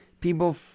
people